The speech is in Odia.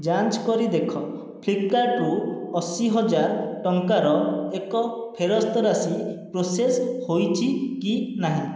ଯାଞ୍ଚ କରି ଦେଖ ଫ୍ଲିପ୍କାର୍ଟ୍ରୁ ଅଶୀ ହଜାର ଟଙ୍କାର ଏକ ଫେରସ୍ତ ରାଶି ପ୍ରୋସେସ ହୋଇଛି କି ନାହିଁ